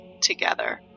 together